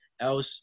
else